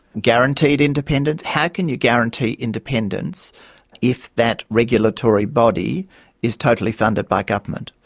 guaranteed independence? how can you guarantee independence if that regulatory body is totally funded by government?